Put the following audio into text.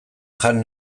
jan